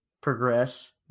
progress